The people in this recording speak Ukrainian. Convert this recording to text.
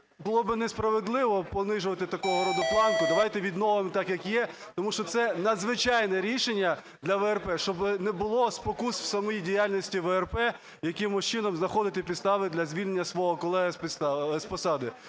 було б несправедливо понижувати такого роду планку, давайте відновимо так, як є. Тому що це надзвичайне рішення для ВРП, щоб не було спокус в самій діяльності ВРП якимось чином знаходити підстави для звільнення свого колеги з посади.